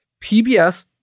PBS